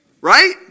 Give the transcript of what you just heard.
right